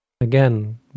again